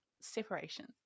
separation